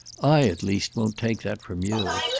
i at least won't take that from you.